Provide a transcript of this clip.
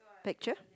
picture